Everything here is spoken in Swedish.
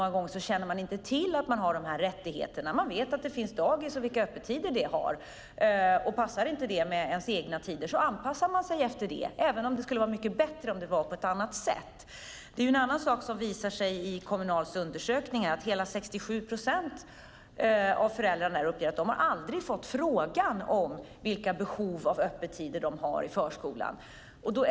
Många gånger känner man inte till att man har denna rättighet. Man vet att det finns dagis och vilka öppettider det har. Passar det inte med ens egna tider anpassar man sig, även om det skulle vara bättre om det var på ett annat sätt. Det visade sig i Kommunals undersökning att hela 67 procent av föräldrarna aldrig har fått frågan om vilka behov av öppettider i förskolan de har.